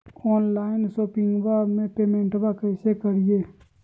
Online शोपिंगबा में पेमेंटबा कैसे करिए?